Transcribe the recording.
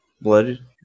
Blooded